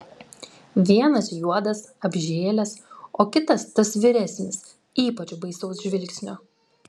vienas juodas apžėlęs o kitas tas vyresnis ypač baisaus žvilgsnio